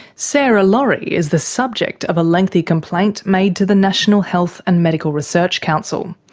sarah laurie is the subject of a lengthy complaint made to the national health and medical research council.